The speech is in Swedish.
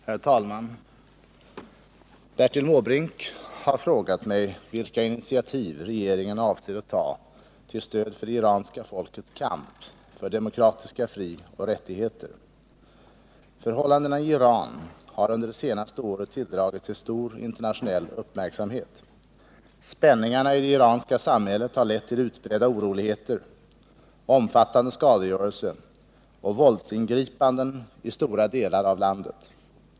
Herr talman! Bertil Måbrink har frågat mig vilka initiativ regeringen avser att ta till stöd för det iranska folkets kamp för demokratiska frioch rättigheter. Förhållandena i Iran har under det senaste året tilldragit sig stor internationell uppmärksamhet. Spänningarna i det iranska samhället har lett till utbredda oroligheter, omfattande skadegörelse och våldsingripanden i stora delar av landet.